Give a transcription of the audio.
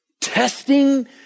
Testing